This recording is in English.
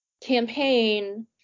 campaign